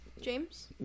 James